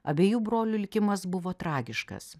abiejų brolių likimas buvo tragiškas